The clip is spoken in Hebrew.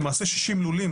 למעשה 60 לולים